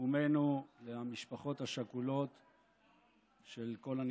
ותנחומינו למשפחות השכולות של כל הנרצחים.